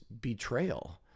betrayal